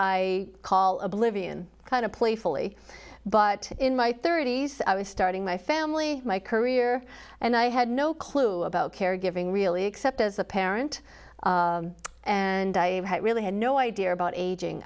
i call oblivion kind of playfully but in my thirty's i was starting my family my career and i had no clue about caregiving really except as a parent and i really had no idea about aging